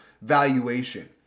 valuation